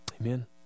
Amen